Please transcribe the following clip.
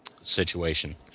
situation